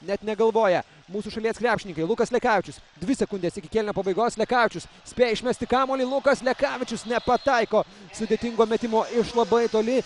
net negalvoja mūsų šalies krepšininkai lukas lekavičius dvi sekundės iki kėlinio pabaigos lekavičius spėja išmesti kamuolį lukas lekavičius nepataiko sudėtingo metimo iš labai toli